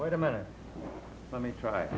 wait a minute let me try